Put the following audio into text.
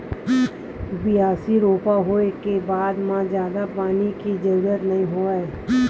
बियासी, रोपा होए के बाद म जादा पानी के जरूरत नइ होवय